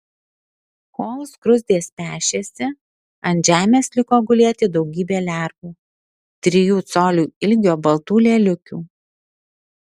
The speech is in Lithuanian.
kol skruzdės pešėsi ant žemės liko gulėti daugybė lervų trijų colių ilgio baltų lėliukių